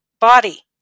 body